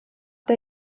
der